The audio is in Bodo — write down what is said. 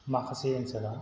माखासे ओनसोलआ